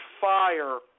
fire